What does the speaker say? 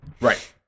Right